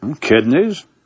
kidneys